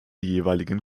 jeweiligen